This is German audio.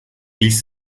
ließ